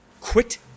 Quit